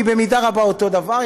היא במידה רבה אותו דבר,